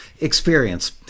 Experience